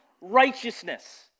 righteousness